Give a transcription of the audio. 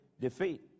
defeat